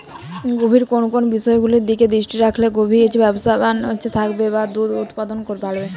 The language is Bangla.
গাভীর কোন কোন বিষয়গুলোর দিকে দৃষ্টি রাখলে গাভী স্বাস্থ্যবান থাকবে বা দুধ উৎপাদন বাড়বে?